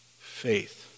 Faith